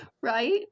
right